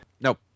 Nope